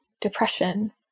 depression